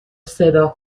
صدا